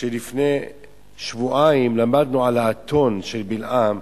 שלפני שבועיים למדנו על האתון של בלעם.